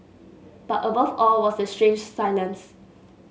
but above all was the strange silence